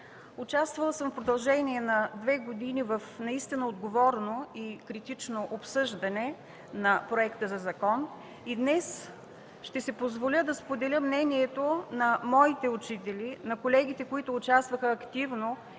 образованието. В продължение на две години съм участвала в отговорно и критично обсъждане на Проекта за закон и днес ще си позволя да споделя мнението на моите учители, на колегите, които участваха активно